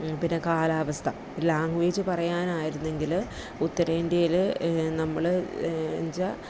പിന്നെ കാലാവസ്ഥ ലാംഗ്വേജ് പറയാനായിരുന്നെങ്കിൽ ഉത്തരേന്ത്യേൽ നമ്മൾ എന്ന്ച്ചാൽ